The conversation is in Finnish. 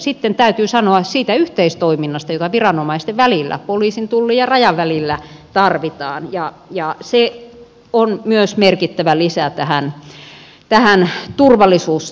sitten myös täytyy sanoa siitä yhteistoiminnasta jota viranomaisten poliisin tullin ja rajan välillä tarvitaan ja se on myös merkittävä lisä tähän turvallisuustoimintaan